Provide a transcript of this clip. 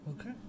Okay